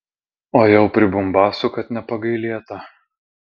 o jau pribumbasų kad nepagailėta